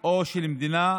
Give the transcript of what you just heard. או של מדינה,